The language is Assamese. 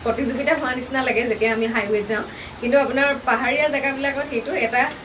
প্ৰতিযোগিতা হোৱা নিচিনা লাগে যেতিয়া আমি হাইৱেত যাওঁ কিন্তু আপোনাৰ পাহাৰীয়া জেগাবিলাকত সেইটো এটা